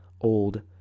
old